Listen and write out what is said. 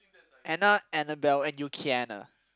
Anna Annabelle and